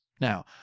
Now